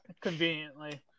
Conveniently